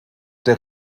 der